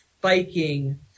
biking